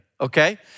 Okay